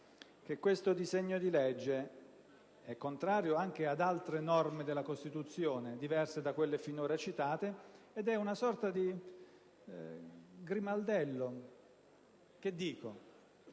questo disegno di legge è contrario anche ad altre norme della Costituzione, diverse da quelle finora citate, ed è una sorta di grimaldello,